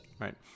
Right